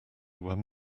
when